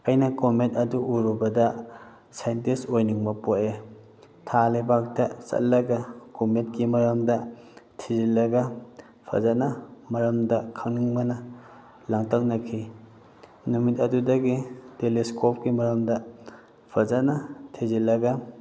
ꯑꯩꯅ ꯀꯣꯃꯦꯠ ꯑꯗꯨ ꯎꯔꯨꯕꯗ ꯁꯥꯏꯟꯇꯤꯁ ꯑꯣꯏꯅꯤꯡꯕ ꯄꯣꯛꯑꯦ ꯊꯥ ꯂꯩꯕꯥꯛꯇ ꯆꯠꯂꯒ ꯀꯣꯃꯦꯠꯀꯤ ꯃꯔꯝꯗ ꯊꯤꯖꯤꯜꯂꯒ ꯐꯖꯅ ꯃꯔꯝꯗ ꯈꯪꯅꯤꯡꯕꯅ ꯂꯥꯡꯇꯛꯅꯈꯤ ꯅꯨꯃꯤꯠ ꯑꯗꯨꯗꯒꯤ ꯇꯦꯂꯦꯁꯀꯣꯞꯀꯤ ꯃꯔꯝꯗ ꯐꯖꯅ ꯊꯤꯖꯤꯜꯂꯒ